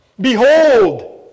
behold